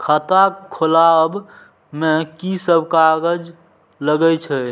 खाता खोलाअब में की सब कागज लगे छै?